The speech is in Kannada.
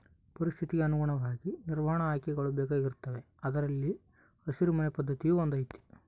ಪರಿಸ್ಥಿತಿಗೆ ಅನುಗುಣವಾಗಿ ನಿರ್ವಹಣಾ ಆಯ್ಕೆಗಳು ಬೇಕಾಗುತ್ತವೆ ಅದರಲ್ಲಿ ಹಸಿರು ಮನೆ ಪದ್ಧತಿಯೂ ಒಂದು ಐತಿ